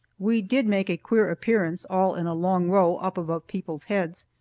we did make a queer appearance all in a long row, up above people's heads.